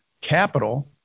capital